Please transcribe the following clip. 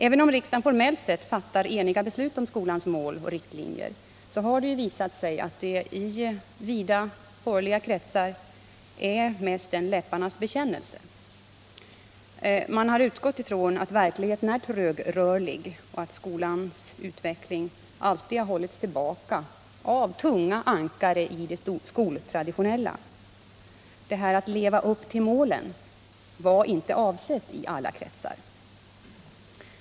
Även om riksdagen formellt sett fattat eniga beslut om skolans mål och riktlinjer har det visat sig att det i vida borgerliga kretsar är mest en läpparnas bekännelse. Man har utgått från att verkligheten är trögrörlig och att skolans utveckling alltid har hållits tillbaka av tunga ankare i det skoltraditionella — att leva upp till målen var inte avsett i alla kretsar.